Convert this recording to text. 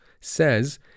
says